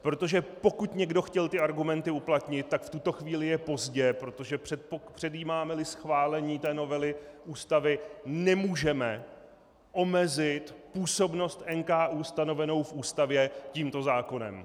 Protože pokud někdo chtěl ty argumenty uplatnit, tak v tuto chvíli je pozdě, protože předjímámeli schválení novely Ústavy, nemůžeme omezit působnost NKÚ stanovenou v Ústavě tímto zákonem.